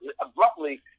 abruptly